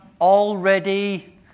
already